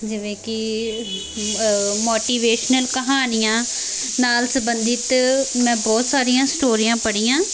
ਜਿਵੇਂ ਕਿ ਮੋਟੀਵੇਸ਼ਨਲ ਕਹਾਣੀਆਂ ਨਾਲ ਸੰਬੰਧਿਤ ਮੈਂ ਬਹੁਤ ਸਾਰੀਆਂ ਸਟੋਰੀਆਂ ਪੜ੍ਹੀਆਂ